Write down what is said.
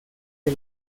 que